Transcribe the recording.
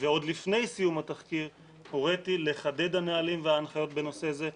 ועוד לפני סיום התחקיר הוריתי לחדד הנהלים וההנחיות בנושא זה,